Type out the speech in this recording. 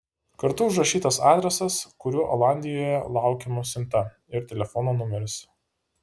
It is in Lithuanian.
kartu užrašytas adresas kuriuo olandijoje laukiama siunta ir telefono numeris